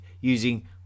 using